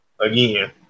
Again